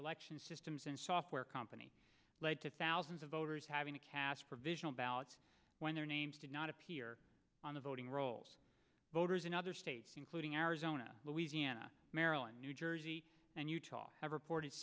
election systems and software company led to thousands of voters having to cast provisional ballots when their names did not appear on the voting rolls voters in other states including arizona louisiana maryland new jersey and utah have report